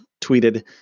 tweeted